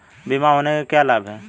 बीमा होने के क्या क्या लाभ हैं?